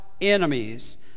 enemies